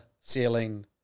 ceiling